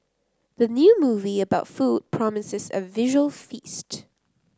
the new movie about food promises a visual feast